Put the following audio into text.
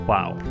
Wow